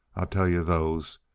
tell yuh those.